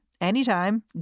anytime